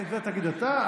זה תגיד אתה.